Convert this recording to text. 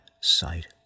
sight